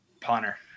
punter